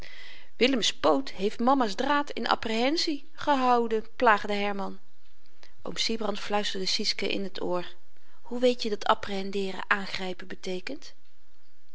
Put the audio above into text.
willems poot heeft mama's draad in apprehensie gehouden plaagde herman oom sybrand fluisterde sietske in t oor hoe weet je dat apprehendere aangrypen beteekent